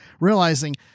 realizing